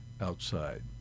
outside